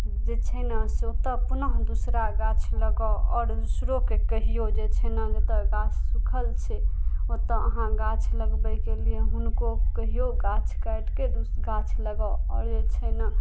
जे छै ने से ओतऽ पुनः दूसरा गाछ लगाउ आओर दूसरोके कहियौ जे छै ने जतऽ गाछ सुखल छै ओतऽ अहाँ गाछ लगबयके लिये हुनको कहियौ गाछ काटिके गाछ लगाउ आओर जे छै ने